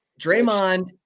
Draymond –